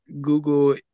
Google